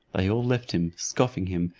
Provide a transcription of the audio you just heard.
they all left him, scoffing him,